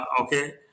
okay